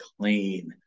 clean